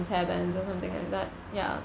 hair bands or something like that ya